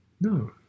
no